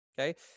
okay